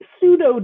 pseudo